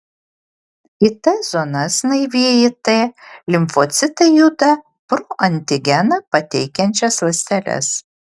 į t zonas naivieji t limfocitai juda pro antigeną pateikiančias ląsteles